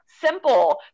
simple